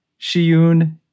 Shiyun